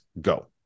go